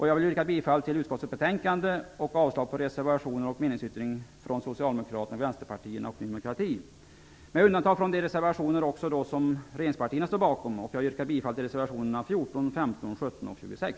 Jag vill yrka bifall till utskottets hemställan med undantag för de reservationer som regeringspartierna står bakom och avslag på reservationer och meningsyttring från Socialdemokraterna, Ny demokrati och Vänsterpartiet. Jag yrkar således bifall till reservationerna 14, 15, 17 och 26.